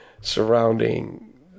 surrounding